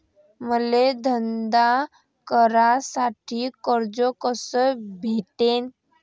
मले धंदा करासाठी कर्ज कस भेटन?